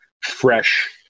fresh